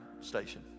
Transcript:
station